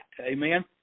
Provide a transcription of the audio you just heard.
Amen